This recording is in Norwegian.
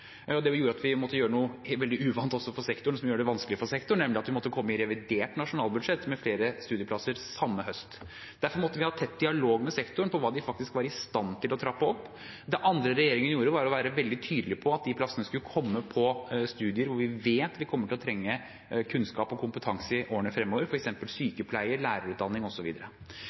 Det gjorde at vi måtte gjøre noe veldig uvant også for sektoren, som gjør det vanskelig for sektoren, nemlig at vi måtte komme i revidert nasjonalbudsjett med flere studieplasser samme høst. Derfor måtte vi ha tett dialog med sektoren om hva de faktisk var i stand til å trappe opp. Det andre regjeringen gjorde, var å være veldig tydelig på at de plassene skulle komme på studier hvor vi vet vi kommer til å trenge kunnskap og kompetanse i årene fremover, f.eks. sykepleie, lærerutdanning